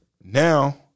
now